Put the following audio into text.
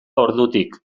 ordutik